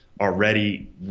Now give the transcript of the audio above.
already